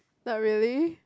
not really